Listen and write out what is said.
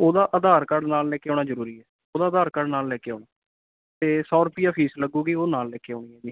ਉਹਦਾ ਆਧਾਰ ਕਾਰਡ ਨਾਲ ਲੈ ਕੇ ਆਉਣਾ ਜ਼ਰੂਰੀ ਹੈ ਉਹਦਾ ਆਧਾਰ ਕਾਰਡ ਨਾਲ ਲੈ ਕੇ ਆਉਣਾ ਅਤੇ ਸੌ ਰੁਪਈਆ ਫੀਸ ਲੱਗੂਗੀ ਉਹ ਨਾਲ ਲੈ ਕੇ ਆਉਣੀ ਹੈ ਜੀ